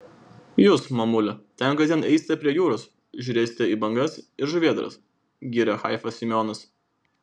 jūs mamule ten kasdien eisite prie jūros žiūrėsite į bangas ir žuvėdras gyrė haifą semionas